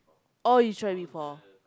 all you try before